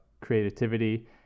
creativity